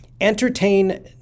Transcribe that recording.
Entertain